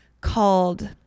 called